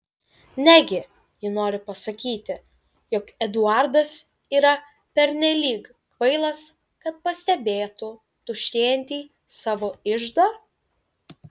negi ji nori pasakyti jog eduardas yra pernelyg kvailas kad pastebėtų tuštėjantį savo iždą